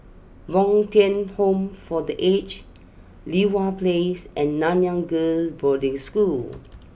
Bo Tien Home for the Aged Li Hwan place and Nanyang Girls' Boarding School